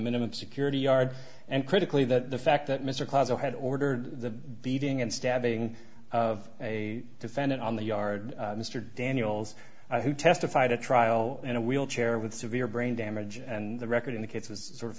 minimum security yard and critically that the fact that mr causal had ordered the beating and stabbing of a defendant on the yard mr daniels who testified at trial in a wheelchair with severe brain damage and the record in the case was sort of